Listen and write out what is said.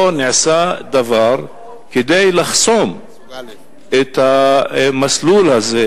לא נעשה דבר כדי לחסום את המסלול הזה,